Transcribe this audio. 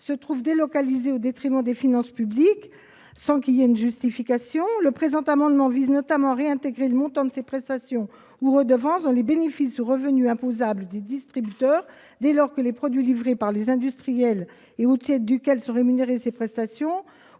se trouve délocalisée, au détriment des finances publiques, sans justification. Le présent amendement vise notamment à réintégrer le montant de ces prestations ou redevances dans les bénéfices ou revenus imposables des distributeurs, dès lors que les produits livrés par les industriels, et au titre desquels sont rémunérées ces prestations,